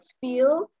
feel